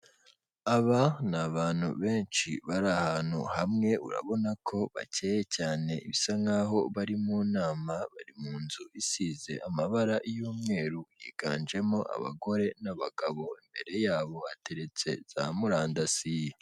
Aba ni abantu benshi bari ahantu hamwe, urabona ko bakeye cyane, bisa nk'aho bari mu nama, bari mu nzu isize amabara y'umweru, higanjemo abagore n'abagabo, imbere yabo hateretse za murandasi.